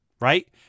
Right